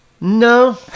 No